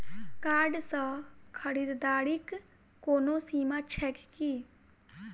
Card सँ खरीददारीक कोनो सीमा छैक की?